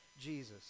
Jesus